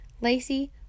Lacey